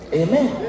amen